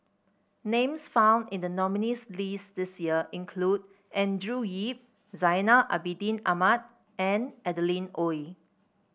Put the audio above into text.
names found in the nominees' list this year include Andrew Yip Zainal Abidin Ahmad and Adeline Ooi